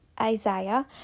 Isaiah